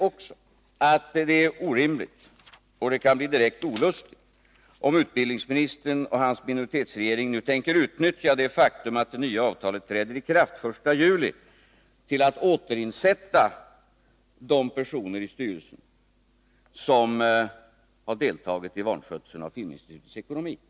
Och det blir direkt olustigt, om utbildningsministern och hans minoritetsregering nu tänker utnyttja det faktum att det nya avtalet träder i kraft den 1 juli till att i styrelsen återinsätta de personer som har deltagit i vanskötseln av filminstitutets ekonomi.